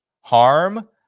harm